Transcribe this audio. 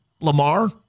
Lamar